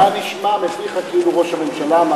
זה נשמע מפיך כאילו ראש הממשלה אמר את זה.